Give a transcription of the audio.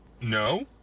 No